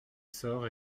sort